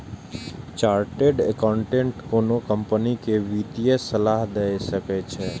chartered accountant कोनो company कें वित्तीय सलाह दए सकै छै